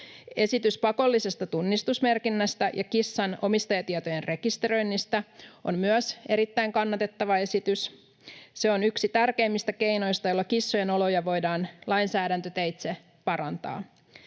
esitys pakollisesta tunnistusmerkinnästä ja kissan omistajatietojen rekisteröinnistä on erittäin kannatettava. Se on yksi tärkeimmistä keinoista, joilla kissojen oloja voidaan lainsäädäntöteitse parantaa.